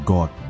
God